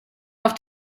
auf